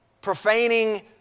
profaning